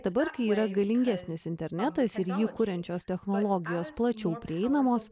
dabar kai yra galingesnis internetas ir jį kuriančios technologijos plačiau prieinamos